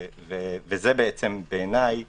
וזאת בעיניי